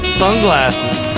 sunglasses